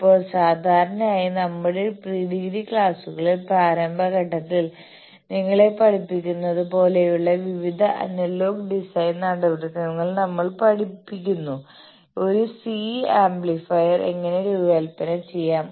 ഇപ്പോൾ സാധാരണയായി നമ്മളുടെ പ്രീഡിഗ്രി ക്ലാസുകളിൽ പ്രാരംഭ ഘട്ടത്തിൽ നിങ്ങളെ പഠിപ്പിക്കുന്നതുപോലെയുള്ള വിവിധ അനലോഗ് ഡിസൈൻ നടപടിക്രമങ്ങൾ നമ്മൾ പഠിപ്പിക്കുന്നു ഒരു സി ആംപ്ലിഫയർ എങ്ങനെ രൂപകൽപ്പന ചെയ്യാം